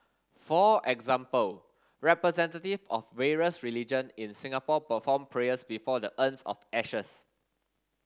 for example representative of various religion in Singapore performed prayers before the urns of ashes